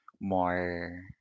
more